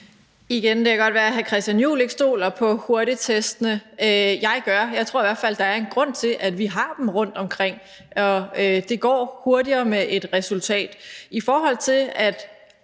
Igen: Det kan godt være, at hr. Christian Juhl ikke stoler på hurtigtestene – jeg gør – og jeg tror i hvert fald, der er en grund til, at vi har dem rundtomkring, og det går hurtigere med at få et resultat. I forhold til det